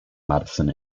madison